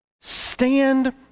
stand